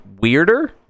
weirder